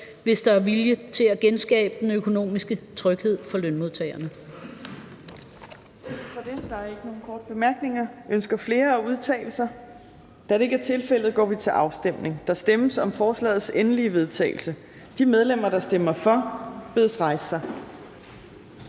hvis der er vilje til at genskabe den økonomiske tryghed for lønmodtagerne.